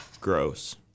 gross